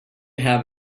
have